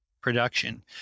production